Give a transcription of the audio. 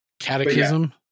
catechism